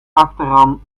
achteraan